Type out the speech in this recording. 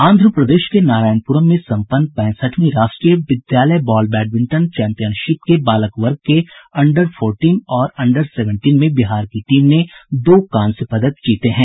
आंध्र प्रदेश के नारायणपुरम में संपन्न पैंसठवीं राष्ट्रीय विद्यालय बॉल बैडमिंटन चैंपियनशिप के बालक वर्ग के अंडर फोर्टीन और अंडर सेवेंटीन में बिहार की टीम ने दो कांस्य पदक जीते हैं